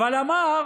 אבל אמר